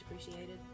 appreciated